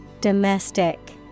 Domestic